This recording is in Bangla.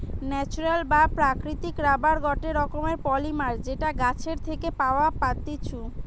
ন্যাচারাল বা প্রাকৃতিক রাবার গটে রকমের পলিমার যেটা গাছের থেকে পাওয়া পাত্তিছু